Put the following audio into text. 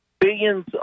Billions